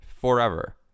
forever